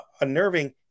unnerving